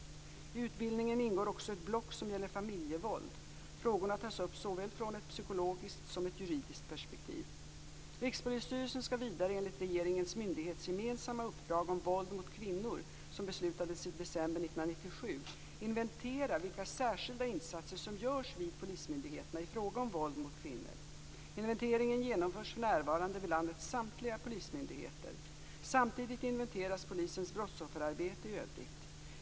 I utbildningen ingår också ett block som gäller familjevåld. Frågorna tas upp såväl från ett psykologiskt som ett juridiskt perspektiv. Rikspolisstyrelsen skall vidare enligt regeringens myndighetsgemensamma uppdrag om våld mot kvinnor, som beslutades i december 1997, inventera vilka särskilda insatser som görs vid polismyndigheterna i fråga om våld mot kvinnor. Inventeringen genomförs för närvarande vid landets samtliga polismyndigheter. Samtidigt inventeras polisens brottsofferarbete i övrigt.